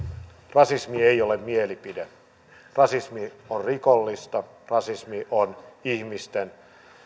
rasismi ei ole mielipide rasismi on rikollista rasismi on ihmisten